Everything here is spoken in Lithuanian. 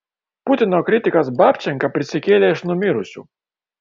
putino kritikas babčenka prisikėlė iš numirusių